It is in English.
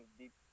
deep